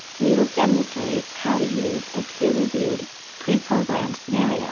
we will demonstrate how to use a peer-reviewed pre-programmed scenario